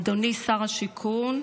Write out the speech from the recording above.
אדוני שר השיכון,